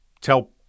tell